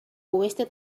wasted